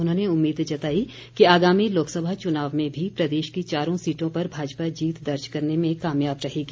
उन्होंने उम्मीद जताई कि आगामी लोकसभा चुनाव में भी प्रदेश की चारों सीटों पर भाजपा जीत दर्ज करने में कामयाब रहेगी